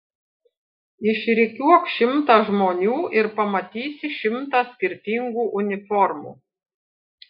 išrikiuok šimtą žmonių ir pamatysi šimtą skirtingų uniformų